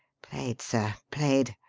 played, sir, played!